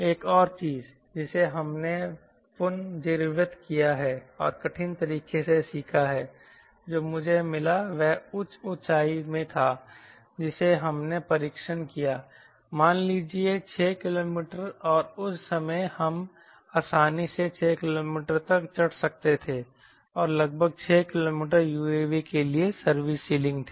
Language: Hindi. एक और चीज जिसे हमने पुनर्जीवित किया है और कठिन तरीके से सीखा है जो मुझे मिला वह उच्च ऊंचाई में था जिसे हमने परीक्षण किया मान लीजिए 6 किलोमीटर और उस समय हम आसानी से 6 किलोमीटर तक चढ़ सकते थे और लगभग 6 किलोमीटर UAV के लिए सर्विस सीलिंग थी